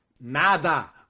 Nada